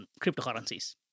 cryptocurrencies